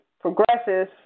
progresses